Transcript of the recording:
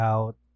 Out